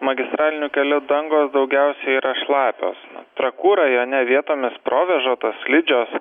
magistralinių kelių dangos daugiausia yra šlapios trakų rajone vietomis provėžotos slidžios